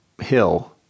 hill